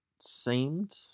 seemed